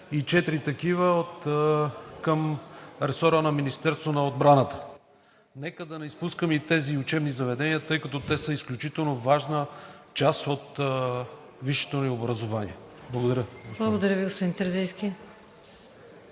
и четири такива към ресора на Министерството на отбраната. Нека да не изпускаме и тези учебни заведения, тъй като те са изключително важна част от висшето ни образование. Благодаря. ПРЕДСЕДАТЕЛ